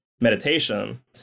meditation